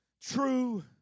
true